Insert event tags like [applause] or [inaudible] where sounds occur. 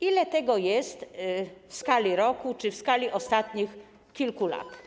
Ile tego jest w skali [noise] roku czy w skali ostatnich kilku lat?